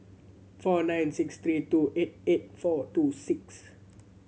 four nine six three two eight eight four two six